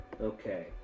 Okay